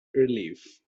relief